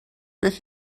beth